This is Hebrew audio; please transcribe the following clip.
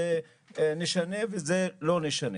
את זה נשנה ואת זה לא נשנה.